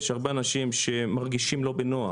יש הרבה אנשים שמרגישים לא בנוח.